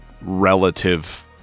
relative